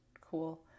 cool